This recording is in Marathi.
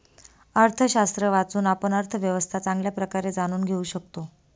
अर्थशास्त्र वाचून, आपण अर्थव्यवस्था चांगल्या प्रकारे जाणून घेऊ शकता